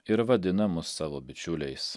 ir vadina mus savo bičiuliais